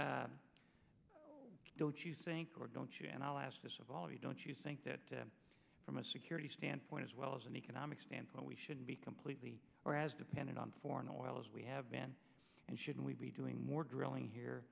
issue don't you think or don't you and i ask this of all of you don't you think that from a security standpoint as well as an economic standpoint we should be completely or as dependent on foreign oil as we have been and should we be doing more drilling here